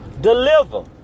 deliver